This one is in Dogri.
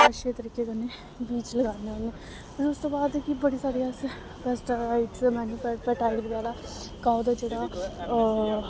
अच्छे तरीके कन्नै बीज लगान्ने होन्ने फिर उसदे बाद कि बड़ी सारे अस पेस्टाीसाइ़ड मेनूयर फर्टाइल बगैरा काऊ दा जेह्ड़ा